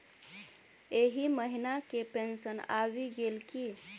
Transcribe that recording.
एहि महीना केँ पेंशन आबि गेल की